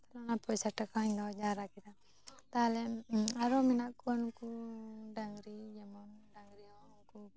ᱚᱱᱟ ᱯᱚᱭᱥᱟ ᱴᱟᱠᱟᱧ ᱫᱚᱦᱚ ᱡᱟᱣᱨᱟ ᱠᱮᱫᱟ ᱛᱟᱦᱚᱞᱮ ᱟᱨᱚ ᱢᱮᱱᱟᱜ ᱠᱚᱣᱟ ᱱᱩᱠᱩ ᱰᱟᱝᱨᱤ ᱡᱮᱢᱚᱱ ᱰᱟᱝᱨᱤ ᱦᱚᱸ ᱩᱱᱠᱩ